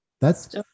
That's-